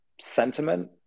sentiment